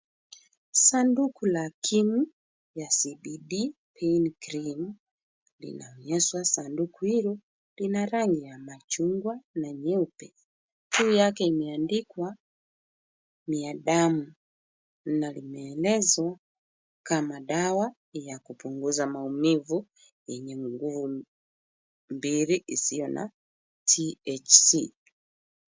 Sanduku la krimu la CBD Pain Cream, linaonyesha sanduku hilo, lina rangi ya chungwa na nyeupe. Juu yake imeandikwa ni ya damu na limeelezwa kama dawa ya kupunguza maumivu yenye mguu mbili isio na THC .